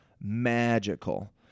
magical